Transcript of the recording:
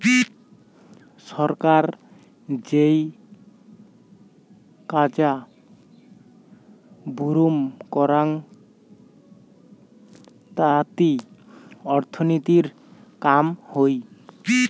ছরকার যেই কাজা বুরুম করং তাতি অর্থনীতির কাম হই